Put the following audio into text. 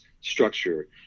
structure